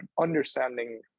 understanding